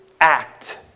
act